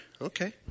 Okay